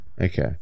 Okay